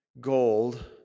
gold